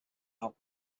out